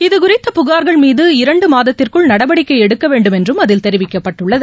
இதுகுறித்த புகார்கள் மீது இரண்டு மாதத்திற்குள் நடவடிக்கை எடுக்க வேண்டும் என்றும் அதில் தெரிவிக்கப்பட்டுள்ளது